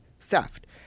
theft